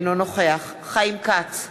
אינו נוכח חיים כץ,